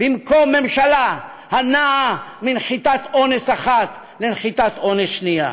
במקום ממשלה הנעה מנחיתת אונס אחת לנחיתת אונס שנייה.